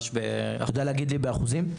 אתה יודע להגיד לי באחוזים?